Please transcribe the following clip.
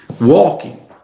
Walking